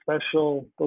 special